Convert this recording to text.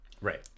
Right